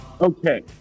Okay